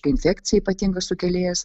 infekcija ypatingas sukėlėjas